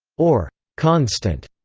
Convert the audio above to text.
or constant,